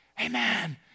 Amen